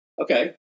Okay